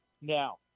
Now